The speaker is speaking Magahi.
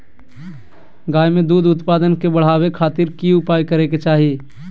गाय में दूध उत्पादन के बढ़ावे खातिर की उपाय करें कि चाही?